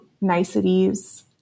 niceties